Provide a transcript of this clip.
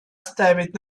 ставить